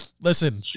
Listen